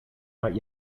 not